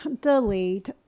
delete